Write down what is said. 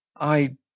I